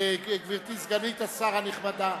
גברתי סגנית השר הנכבדה,